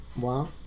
Wow